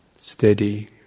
steady